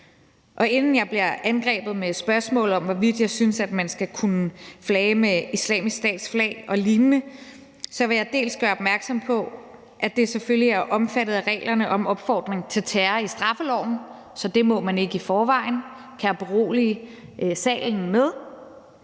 inden jeg bliver angrebet med spørgsmål om, hvorvidt jeg synes, at man skal kunne flage med Islamisk Stats flag og lignende, vil jeg gøre opmærksom på, at det selvfølgelig er omfattet af reglerne i straffeloven om opfordring til terror, så det må man ikke i forvejen,